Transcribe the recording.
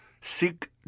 seek